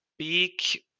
speak